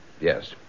yes